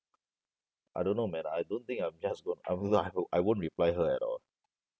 I don't know man I don't think I'm just gon~ I won't reply her at all